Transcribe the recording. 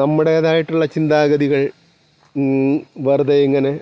നമ്മുടേതായിട്ടുള്ള ചിന്താഗതികൾ വെറുതെ ഇങ്ങനെ